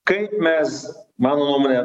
kaip mes mano nuomone